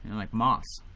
and like moss.